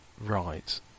Right